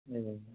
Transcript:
ए